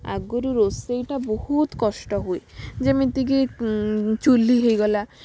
ଆଗରୁ ରୋଷେଇଟା ବହୁତ କଷ୍ଟ ହୁଏ ଯେମିତି କି ଚୁଲି ହେଇଗଲା